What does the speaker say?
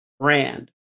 brand